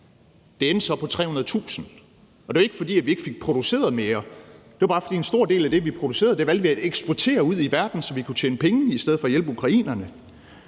Det endte så på 300.000, og det var ikke, fordi vi ikke fik produceret mere. Det var bare, fordi vi valgte at eksportere en stor del af det, vi producerede, ud i verden, så vi kunne tjene penge, i stedet for at hjælpe ukrainerne.